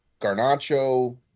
Garnacho